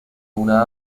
una